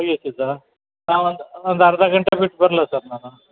ಹಾಂ ಒಂದು ಒಂದು ಅರ್ಧ ಗಂಟೆ ಬಿಟ್ಟು ಬರಲಾ ಸರ್ ನಾನು